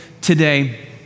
today